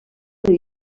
d’un